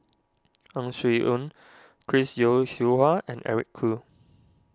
Ang Swee Aun Chris Yeo Siew Hua and Eric Khoo